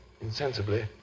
insensibly